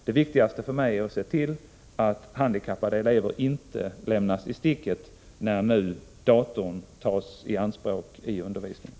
Det viktiga för mig är att handikappade elever inte lämnas i sticket när datorn nu tas i anspråk i undervisningen.